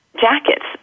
jackets